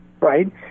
right